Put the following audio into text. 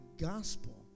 gospel